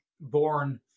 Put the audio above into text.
born